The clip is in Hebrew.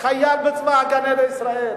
חייל בצבא-ההגנה לישראל,